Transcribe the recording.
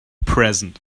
present